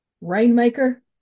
Rainmaker